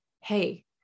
Hey